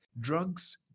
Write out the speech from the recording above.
Drugs